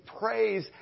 praise